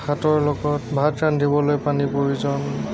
ভাতৰ লগত ভাত ৰান্ধিবলৈ পানীৰ প্ৰয়োজন